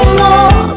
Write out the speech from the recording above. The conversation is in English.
more